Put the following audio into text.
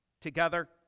together